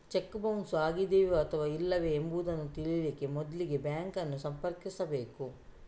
check bounce ಆಗಿದೆಯೇ ಅಥವಾ ಇಲ್ಲವೇ ಎಂಬುದನ್ನ ತಿಳೀಲಿಕ್ಕೆ ಮೊದ್ಲಿಗೆ ಬ್ಯಾಂಕ್ ಅನ್ನು ಸಂಪರ್ಕಿಸ್ಬೇಕು